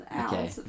okay